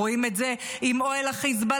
אנחנו רואים את זה עם אוהל החיזבאללה,